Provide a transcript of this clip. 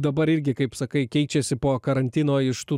dabar irgi kaip sakai keičiasi po karantino iš tų